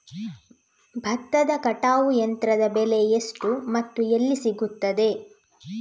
ಭತ್ತದ ಕಟಾವು ಯಂತ್ರದ ಬೆಲೆ ಎಷ್ಟು ಮತ್ತು ಎಲ್ಲಿ ಸಿಗುತ್ತದೆ?